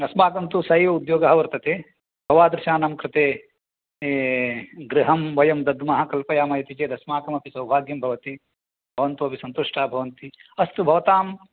अस्माकं तु सः एव उद्योगः वर्तते भवादृशानां कृते गृहं वयं दद्मः कल्पयामः इति चेत् अस्माकमपि सौभाग्यं भवति भवन्तोपि सन्तुष्टाः भवन्ति अस्तु भवतां